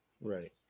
Right